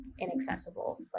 inaccessible